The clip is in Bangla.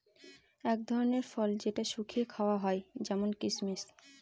এক ধরনের ফল যেটা শুকিয়ে খাওয়া হয় যেমন কিসমিস